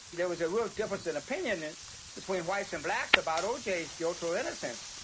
there was a real difference in opinion and between whites and blacks about oj's guilt or innocence,